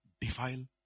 defile